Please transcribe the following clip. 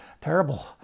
terrible